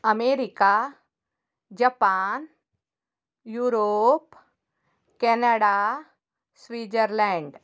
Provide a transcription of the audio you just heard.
America Japan Europe Canada Switzerland